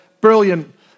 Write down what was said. brilliant